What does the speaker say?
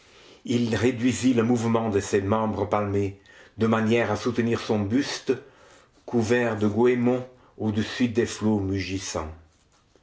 il réduisit le mouvement de ses membres palmés de manière à soutenir son buste couvert de goëmons au-dessus des flots